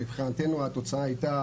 מבחינתנו התוצאה הייתה